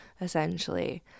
essentially